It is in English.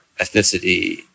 ethnicity